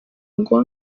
ngo